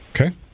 Okay